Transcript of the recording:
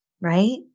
Right